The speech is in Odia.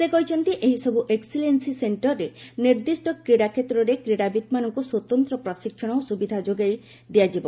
ସେ କହିଛନ୍ତି ଏହିସବୁ ଏକ୍ନିଲେନ୍ସି ସେଣ୍ଟରରେ ନିର୍ଦ୍ଦିଷ୍ଟ କ୍ରାଡ଼ାକ୍ଷେତ୍ରରେ କ୍ରୀଡ଼ାବିତ୍ମାନଙ୍କୁ ସ୍ୱତନ୍ତ୍ର ପ୍ରଶିକ୍ଷଣ ଓ ସୁବିଧା ସୁଯୋଗ ଯୋଗାଇ ଦିଆଯିବ